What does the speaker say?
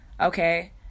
Okay